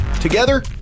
Together